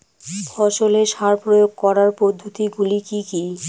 ফসলে সার প্রয়োগ করার পদ্ধতি গুলি কি কী?